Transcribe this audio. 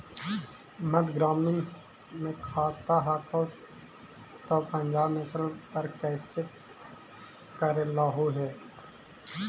मध्य ग्रामीण मे खाता हको तौ पंजाब नेशनल पर कैसे करैलहो हे?